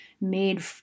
made